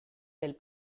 del